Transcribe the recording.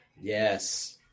Yes